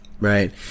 right